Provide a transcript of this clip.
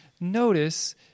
notice